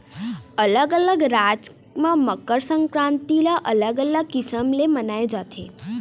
अलग अलग राज म मकर संकरांति ल अलग अलग किसम ले मनाए जाथे